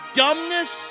dumbness